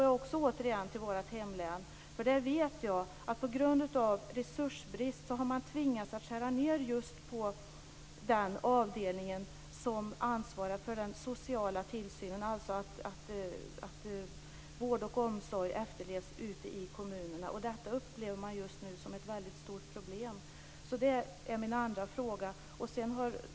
Jag kan återigen gå till vårt hemlän. Jag vet att man där på grund av resursbrist har tvingats skära ned just på avdelningen som ansvarar för den sociala tillsynen, alltså att bestämmelserna om vård och omsorg efterlevs ute i kommunerna. Detta upplever man just nu som ett väldigt stort problem.